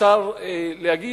אפשר להגיד,